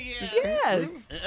Yes